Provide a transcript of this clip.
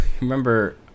remember